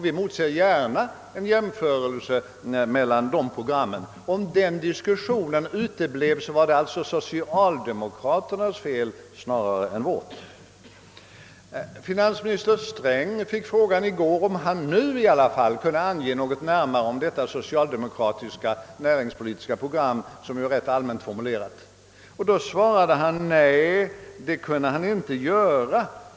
Vi emotser gärna en jämförelse mellan de programmen. Och om den diskussionen uteblev var det alltså socialdemokraternas fel snarare än vårt. Sedan fick finansminister Sträng i går frågan huruvida han inte nu ändå kunde närmare ange det socialdemokratiska näringspolitiska programmet, som ju är ganska allmänt formulerat. Herr Sträng svarade då att det kunde han inte göra.